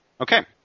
Okay